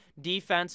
defense